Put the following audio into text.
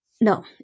No